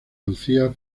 lucia